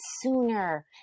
sooner